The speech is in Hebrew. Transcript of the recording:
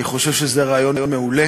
אני חושב שזה רעיון מעולה.